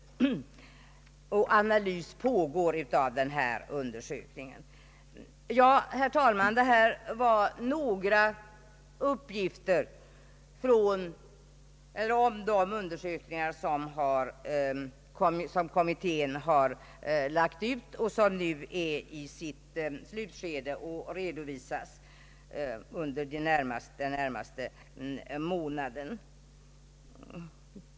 Analys av denna undersökning pågår. Herr talman! Detta var några uppgifter om de undersökningar som kommittén gjort, som nu är i sitt slutskede och som kommer att redovisas för oss inom de närmaste månaderna.